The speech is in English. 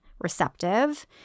receptive